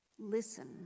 Listen